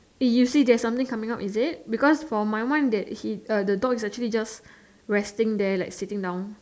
eh you see there's something coming out is it because for my one day that he uh the dog is actually just resting there like sitting down